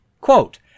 Quote